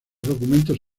documentos